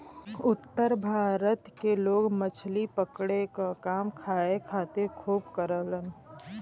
उत्तर भारत के लोग मछली पकड़े क काम खाए खातिर खूब करलन